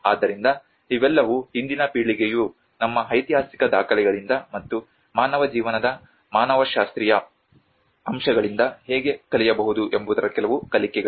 ಆದ್ದರಿಂದ ಇವೆಲ್ಲವೂ ಇಂದಿನ ಪೀಳಿಗೆಯು ನಮ್ಮ ಐತಿಹಾಸಿಕ ದಾಖಲೆಗಳಿಂದ ಮತ್ತು ಮಾನವ ಜೀವನದ ಮಾನವಶಾಸ್ತ್ರೀಯ ಅಂಶಗಳಿಂದ ಹೇಗೆ ಕಲಿಯಬಹುದು ಎಂಬುದರ ಕೆಲವು ಕಲಿಕೆಗಳು